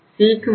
Cக்கு 346